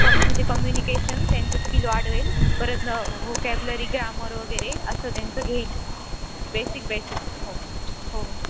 क म्हणजे कम्युनिकेशन त्यांचं स्किल वाढवेल परत न व्होकॅब्लरी ग्रामर वगैरे असं त्यांचं घेईल बेसिक बेसिक हो हो हो